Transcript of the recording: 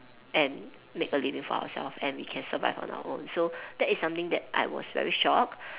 and make a living for ourself and we can survive on our own so that is something that I was very shock